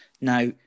Now